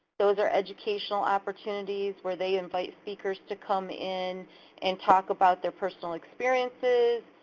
those are educational opportunities where they invite speakers to come in and talk about their personal experiences,